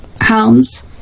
hounds